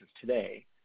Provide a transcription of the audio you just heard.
today